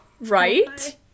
Right